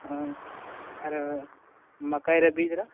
हँ आरो मकइ र बीज र